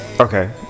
okay